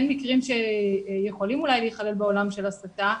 מקרים שיכולים להיכלל אולי בעולם של הסתה,